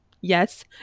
Yes